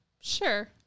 Sure